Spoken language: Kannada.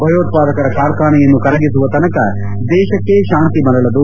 ಭಯೋತ್ಪಾದಕರ ಕಾರ್ಖಾನೆಯನ್ನು ಕರಗಿಸುವ ತನಕ ದೇಶಕ್ಕೆ ಶಾಂತಿ ಮರಳದು